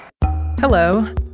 Hello